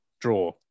draw